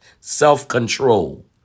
Self-control